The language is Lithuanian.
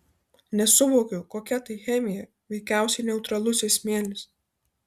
nesuvokiu kokia tai chemija veikiausiai neutralusis smėlis